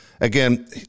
Again